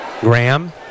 Graham